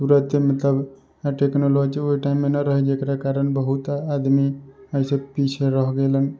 तुरत मतलब टेक्नोलॉजी ओहि टाइम मे नऽ रहै जेकरा कारण बहुत आदमी एहिसे पीछे रह गइलन